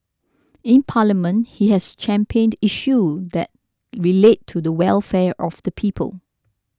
in Parliament he has championed issue that relate to the welfare of the people